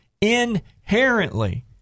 inherently